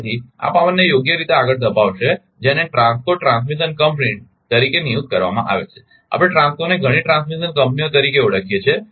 તેથી આ પાવરને યોગ્ય રીતે આગળ ધપાવશે જેને ટ્રાન્સકો ટ્રાન્સમિશન કંપની તરીકે નિયુક્ત કરવામાં આવે છે આપણે ટ્રાન્સકોને ઘણી ટ્રાન્સમિશન કંપનીઓ તરીકે ઓળખીએ છીએ